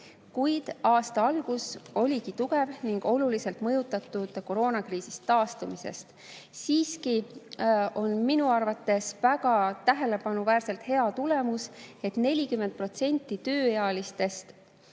kuid aasta algus oligi tugev ning oluliselt mõjutatud koroonakriisist taastumisest. Siiski on minu arvates tähelepanuväärselt hea tulemus, et 40% tööealistest